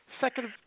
Second